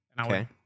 Okay